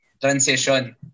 transition